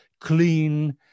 clean